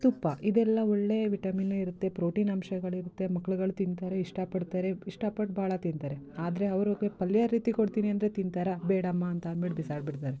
ತುಪ್ಪ ಇದೆಲ್ಲ ಒಳ್ಳೆಯ ವಿಟಮಿನ್ನು ಇರುತ್ತೆ ಪ್ರೋಟೀನ್ ಅಂಶಗಳಿರುತ್ತೆ ಮಕ್ಳುಗಳು ತಿಂತಾರೆ ಇಷ್ಟಪಡ್ತಾರೆ ಇಷ್ಟಪಟ್ಟು ಭಾಳ ತಿಂತಾರೆ ಆದರೆ ಅವ್ರಿಗೆ ಪಲ್ಯ ರೀತಿ ಕೊಡ್ತೀನಿ ಅಂದರೆ ತಿಂತಾರಾ ಬೇಡಮ್ಮ ಅಂತ ಅಂದ್ಬಿಟ್ಟು ಬೀಸಾಡಿಬಿಡ್ತಾರೆ